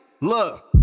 Look